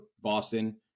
Boston